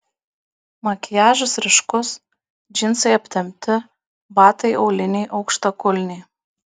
makiažas ryškus džinsai aptempti batai auliniai aukštakulniai